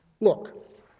Look